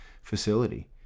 facility